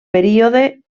període